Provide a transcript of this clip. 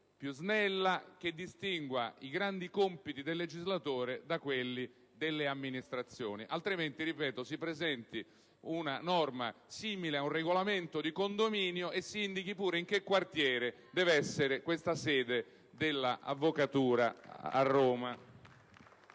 e snella, che distingua i grandi compiti del legislatore da quelli delle amministrazioni. Altrimenti si presenti una norma simile a un regolamento di condominio e si indichi pure in quale quartiere di Roma deve essere stabilita la sede dell'avvocatura.